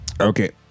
okay